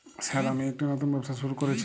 Sir আমি একটি নতুন ব্যবসা শুরু করেছি?